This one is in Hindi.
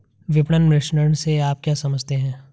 विपणन मिश्रण से आप क्या समझते हैं?